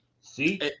See